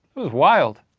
it was wild.